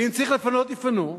ואם צריך לפנות, יפנו,